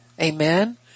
Amen